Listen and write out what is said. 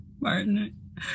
Martin